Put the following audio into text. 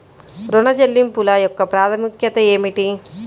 ఋణ చెల్లింపుల యొక్క ప్రాముఖ్యత ఏమిటీ?